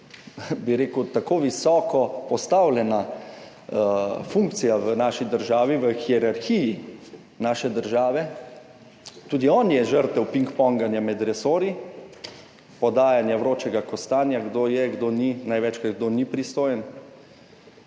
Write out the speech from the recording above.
on kot tako visoko postavljena funkcija v naši državi, v hierarhiji naše države, žrtev pingponganja med resorji, podajanja vročega kostanja, kdo je, kdo ni, največkrat kdo ni pristojen,